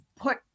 put